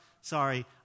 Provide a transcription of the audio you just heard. sorry